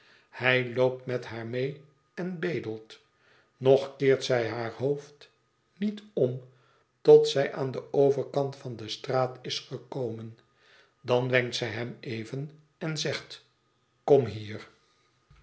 hij loopt met haar mee en bedelt nog keert zij haar hoofd niet om tot zij aan den overkant van de straat is gekomen dan wenkt zij hem even en zegt kom hier